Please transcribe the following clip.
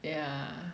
yeah